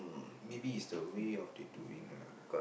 maybe it's the way of they doing lah